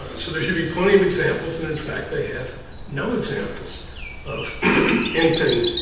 so there should be plenty of examples. and in fact, they have no examples of anything